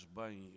bem